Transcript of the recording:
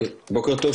בוקר טוב,